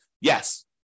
Yes